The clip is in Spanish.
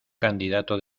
candidato